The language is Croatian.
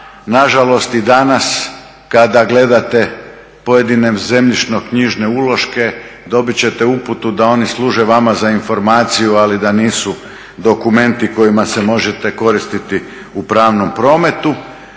Nažalost, i danas kada gledate pojedine zemljišno-knjižne uloške dobit ćete uputu da oni služe vama za informaciju, ali da nisu dokumenti kojima se možete koristiti u pravnom prometu